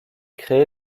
crée